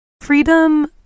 Freedom